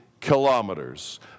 kilometers